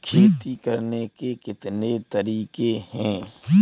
खेती करने के कितने तरीके हैं?